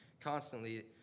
constantly